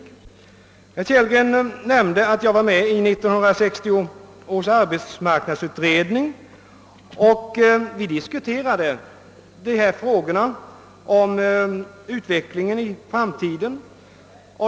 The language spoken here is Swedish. Herr Kellgren nämnde att jag var med i 1960 års arbetsmarknadsutredning, där vi diskuterade dessa frågor om utvecklingen i framtiden.